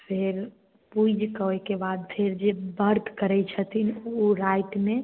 फेर पूजिकऽ ओहिके बाद फेर व्रत करैत छथिन ओ रातिमे